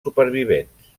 supervivents